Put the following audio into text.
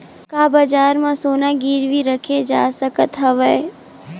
का बजार म सोना गिरवी रखे जा सकत हवय?